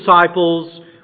disciples